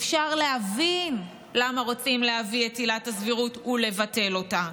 אפשר להבין למה רוצים להביא את עילת הסבירות ולבטל אותה: